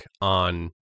on